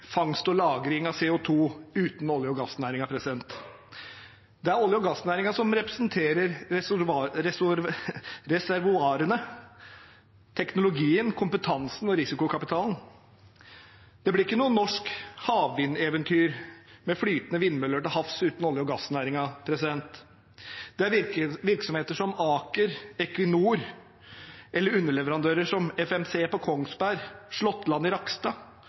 uten olje- og gassnæringen. Det er olje- og gassnæringen som representerer reservoarene, teknologien, kompetansen og risikokapitalen. Det blir ikke noe norsk havvindeventyr med flytende vindmøller til havs uten olje- og gassnæringen. Det er virksomheter som Aker og Equinor eller underleverandører som FMC på Kongsberg og Slåttland i